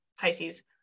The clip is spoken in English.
Pisces